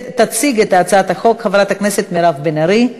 תציג את הצעת החוק חברת הכנסת מירב בן ארי,